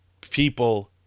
people